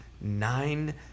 nine